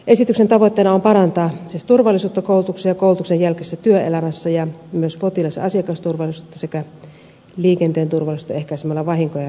esityksen tavoitteena on parantaa siis turvallisuutta kulutuksen ja koulutuksen jälkeisessä työelämässä ja myös potilas ja asiakasturvallisuutta sekä liikenteen turvallisuutta ehkäisemällä vahinkoja ja väärinkäytöksiä